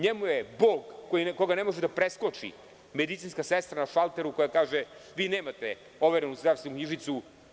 Njemu je Bog, koga ne može da preskoči, medicinska sestra na šalteru, koja kaže – vi nemate overenu zdravstvenu knjižicu.